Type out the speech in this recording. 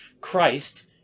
Christ